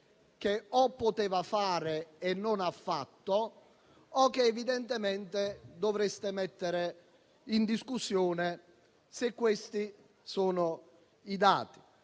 che o poteva fare e non ha fatto, o che evidentemente dovreste mettere in discussione se questi sono i dati.